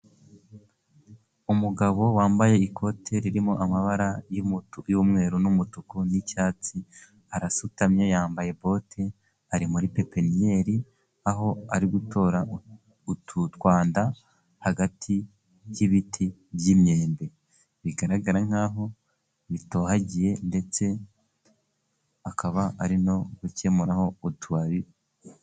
Umugabo wambaye ikote ririmo amabara y'umweru n'umutuku n'icyatsi, arasutamye, yambaye bote ari muri pepiniyeri, aho ari gutora utwanda hagati y'ibiti by'imyembe, bigaragara nkaho bitohagiye ndetse akaba ari no gukemuraho utubabi.